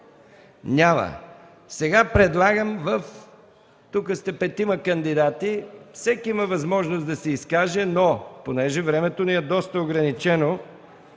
Няма. Сега предлагам – тук има петима кандидати, всеки има възможност да се изкаже, но понеже времето ни е доста ограничено,